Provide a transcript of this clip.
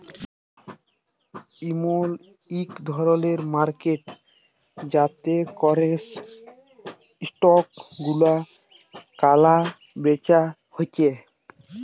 ইমল ইক ধরলের মার্কেট যাতে ক্যরে স্টক গুলা ক্যালা বেচা হচ্যে